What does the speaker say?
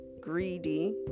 greedy